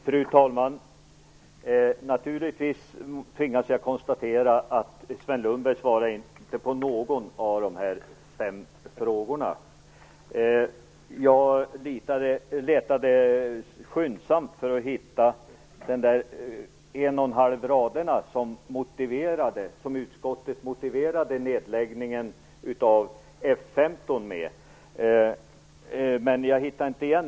Fru talman! Naturligtvis tvingas jag konstatera att Sven Lundberg inte svarade på någon av de fem frågorna. Jag letade skyndsamt för att hitta de en och en halv raderna där utskottet motiverade nedläggningen av F 15. Men jag hittade dem inte.